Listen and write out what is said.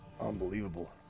Unbelievable